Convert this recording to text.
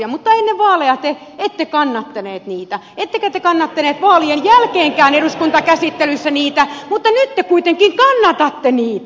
mutta ennen vaaleja te ette kannattaneet niitä ettekä te kannattaneet vaalien jälkeenkään eduskuntakäsittelyssä niitä mutta nyt te kuitenkin kannatatte niitä